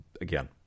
Again